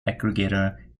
aggregator